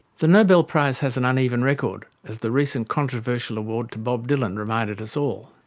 the nobel prize has an uneven record, as the recent controversial award to bob dylan reminded us all.